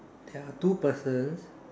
there are two persons